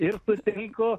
ir sutinku